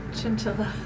chinchilla